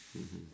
mmhmm